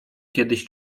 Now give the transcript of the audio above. kiedyś